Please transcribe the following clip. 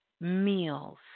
meals